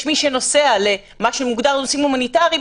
יש מי שנוסע למה שנקרא עניינים הומניטריים,